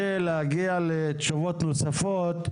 על מנת להגיע לתשובות נוספות,